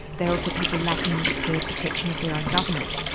they are also people lacking the protection of their own government.